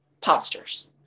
postures